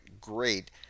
great